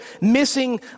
missing